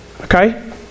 Okay